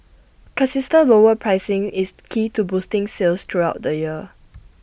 consistent lower pricing is key to boosting sales throughout the year